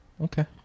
okay